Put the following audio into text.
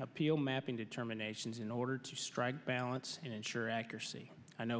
appeal mapping determinations in order to strike a balance and ensure accuracy i know